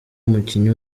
umukinnyi